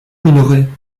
minoret